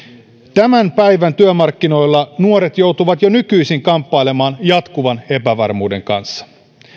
tämän päivän työmarkkinoilla nuoret joutuvat jo nykyisin kamppailemaan jatkuvan epävarmuuden kanssa